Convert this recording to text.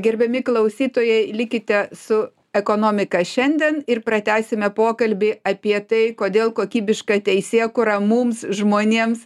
gerbiami klausytojai likite su ekonomika šiandien ir pratęsime pokalbį apie tai kodėl kokybišką teisėkūrą mums žmonėms